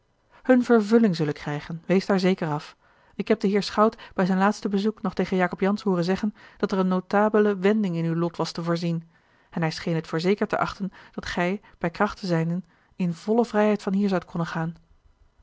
hunne vervulling zullen krijgen wees daar zeker af ik heb den heer schout bij zijn laatste bezoek nog tegen jacob jansz hooren zeggen dat er eene notabele wending in uw lot was te voorzien en hij scheen het voor zeker te achten dat gij bij krachten zijnde in volle vrijheid van hier zoudt konnen gaan